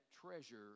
treasure